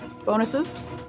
Bonuses